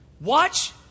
watch